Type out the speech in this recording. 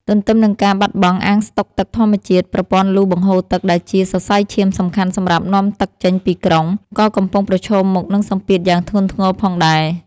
ទន្ទឹមនឹងការបាត់បង់អាងស្តុកទឹកធម្មជាតិ ប្រព័ន្ធលូបង្ហូរទឹកដែលជាសរសៃឈាមសំខាន់សម្រាប់នាំទឹកចេញពីក្រុង ក៏កំពុងប្រឈមមុខនឹងសម្ពាធយ៉ាងធ្ងន់ធ្ងរផងដែរ។